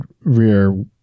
rear